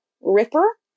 Ripper